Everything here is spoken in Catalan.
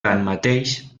tanmateix